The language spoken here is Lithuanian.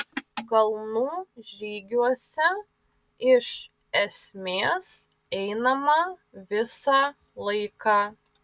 kalnų žygiuose iš esmės einama visą laiką